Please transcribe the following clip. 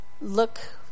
look